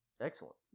Excellent